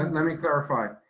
um let me clarify,